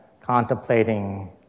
contemplating